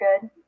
good